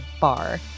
bar